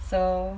so